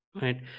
right